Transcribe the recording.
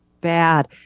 bad